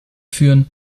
führen